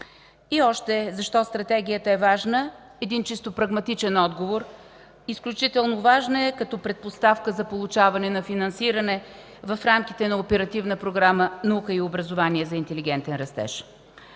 И още, защо Стратегията е важна? Един чисто прагматичен отговор – изключително важна е като предпоставка за получаване на финансиране в рамките на Оперативна програма „Наука и образование за интелигентен растеж”.